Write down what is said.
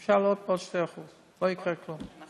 אפשר להעלות בעוד 2%. לא יקרה כלום.